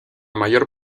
mayor